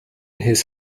his